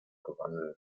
gewandelt